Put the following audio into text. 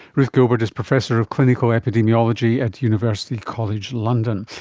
ruth gilbert is professor of clinical epidemiology at university college london.